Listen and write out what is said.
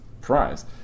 prize